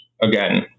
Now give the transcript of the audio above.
Again